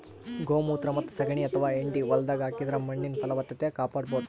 ಗೋಮೂತ್ರ ಮತ್ತ್ ಸಗಣಿ ಅಥವಾ ಹೆಂಡಿ ಹೊಲ್ದಾಗ ಹಾಕಿದ್ರ ಮಣ್ಣಿನ್ ಫಲವತ್ತತೆ ಕಾಪಾಡಬಹುದ್